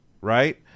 right